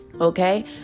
Okay